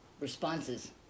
responses